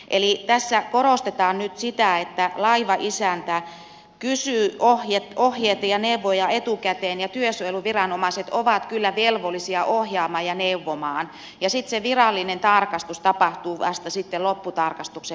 eli tässä korostetaan nyt sitä että laivanisäntä kysyy ohjeita ja neuvoja etukäteen ja työsuojeluviranomaiset ovat kyllä velvollisia ohjaamaan ja neuvomaan ja sitten se virallinen tarkastus tapahtuu vasta lopputarkastusvaiheessa